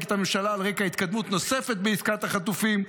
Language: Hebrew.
את הממשלה על רקע התקדמות נוספת בעסקת החטופים.